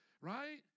Right